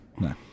No